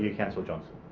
yeah councillor johnston.